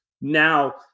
now